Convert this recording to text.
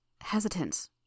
hesitant